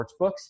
sportsbooks